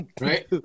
right